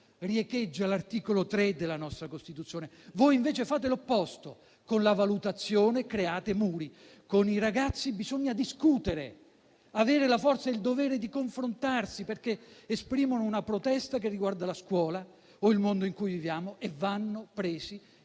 riecheggia l'articolo 3 della nostra Costituzione. Voi invece fate l'opposto: con la valutazione create muri. Con i ragazzi bisogna discutere, avere la forza e il dovere di confrontarsi, perché esprimono una protesta che riguarda la scuola o il mondo in cui viviamo e vanno presi